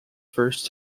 first